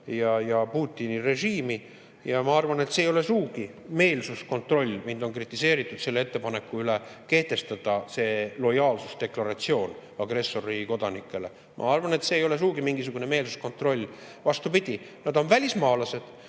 ja Putini režiimi, ma arvan, ei ole sugugi meelsuskontroll. Mind on kritiseeritud selle ettepaneku pärast kehtestada see lojaalsusdeklaratsioon agressorriigi kodanikele. Ma arvan, et see ei ole sugugi mingisugune meelsuskontroll, vastupidi. Nad on välismaalased,